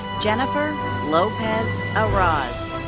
jennifer lopez arauz.